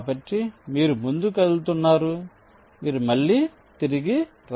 కాబట్టి మీరు ముందుకు కదులుతున్నారు మీరు మళ్ళీ తిరిగి రావాలి